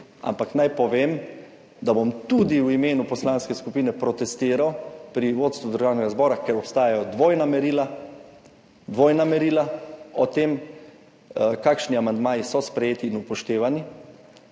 Ampak naj povem, da bom tudi v imenu poslanske skupine protestiral pri vodstvu Državnega zbora, ker obstajajo dvojna merila. Dvojna merila o tem, kakšni amandmaji so sprejeti in upoštevani.